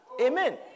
Amen